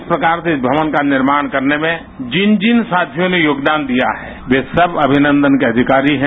इस प्रकार से भवन का निर्माण करने में जिन जिन साथियों ने योगदान दिया है वे सब अभिनंदन के अधिकारी हैं